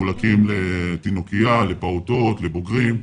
מחולקים לתינוקייה, לפעוטות, לבוגרים.